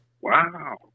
Wow